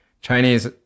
Chinese